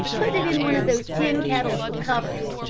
put it in one of those tin kettles with covers.